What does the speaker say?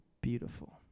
beautiful